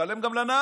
גם משלם לנהג.